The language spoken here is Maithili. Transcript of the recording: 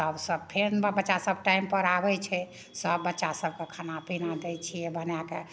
तब सब फेर बच्चा सब टाइमपर आबै छै सब बच्चा सबके खाना पीना दै छियै बनाके